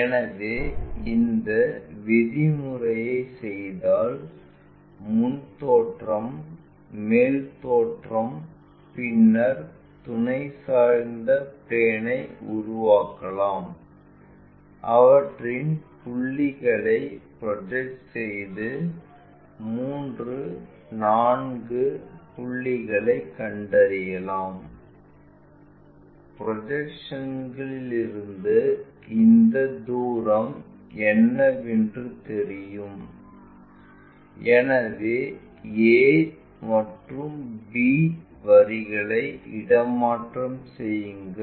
எனவே இந்த விதிமுறையை செய்தால் முன் தோற்றம் மேல் தோற்றம் பின்னர் துணை சாய்ந்த பிளேன்ஐ உருவாக்கலாம் அவற்றின் புள்ளிகளை ப்ரொஜெக்ட் செய்து 3 4 புள்ளிகளைக் கண்டறியலாம் ப்ரொஜெக்ஷன்ஸ்களிலிருந்து இந்த தூரம் என்னவென்று தெரியும் எனவே a மற்றும் b வரிகளை இடமாற்றம் செய்யுங்கள்